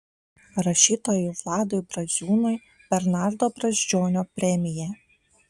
rašytojui vladui braziūnui bernardo brazdžionio premija